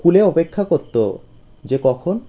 কূলে অপেক্ষা করত যে কখন